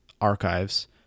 archives